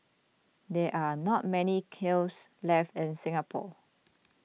there are not many kilns left in Singapore